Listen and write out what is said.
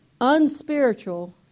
unspiritual